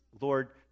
Lord